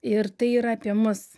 ir tai yra apie mus